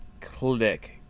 click